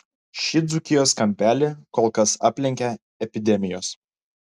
šį dzūkijos kampelį kol kas aplenkia epidemijos